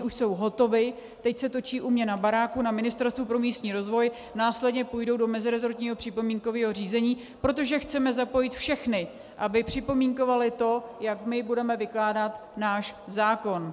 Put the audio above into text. Už jsou hotovy, teď se točí u mě na baráku na Ministerstvu pro místní rozvoj, následně půjdou do meziresortního připomínkového řízení, protože chceme zapojit všechny, aby připomínkovali to, jak my budeme vykládat náš zákon.